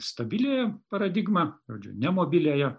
stabiliąją paradigmą žodžiu nemobiliąją